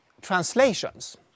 translations